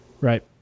Right